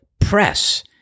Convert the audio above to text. press